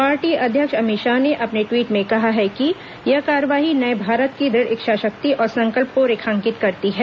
party अध्यक्ष अमित शाह ने अपने ट्वीट में कहा है कि यह कार्रवाई नये भारत की द्रढ़ इच्छा शक्ति और संकल्प को रेखांकित करती है